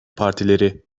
partileri